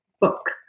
book